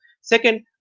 Second